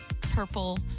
purple